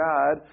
God